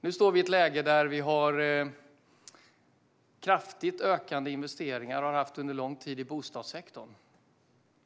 Nu står vi i ett läge med kraftigt ökande investeringar i bostadssektorn, och det har vi haft under lång tid.